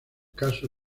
caso